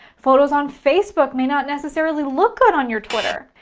photos on facebook may not necessarily look good on your twitter.